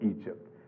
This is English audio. Egypt